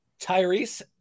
Tyrese